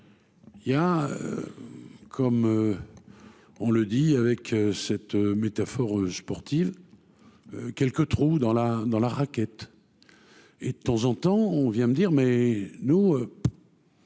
il y a, comme on le dit avec cette métaphore sportive quelques trous dans la dans la raquette et de temps en temps, on vient me dire mais nous.